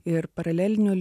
ir paralelinių